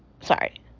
sorry